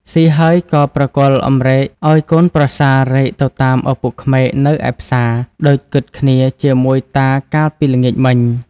ស៊ីហើយក៏ប្រគល់អំរែកឱ្យកូនប្រសារែកទៅតាមឪពុកក្មេកនៅឯផ្សារ ដូចគិតគ្នាជាមួយតាកាលពីល្ងាចមិញ។